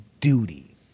duty